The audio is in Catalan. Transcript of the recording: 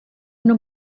una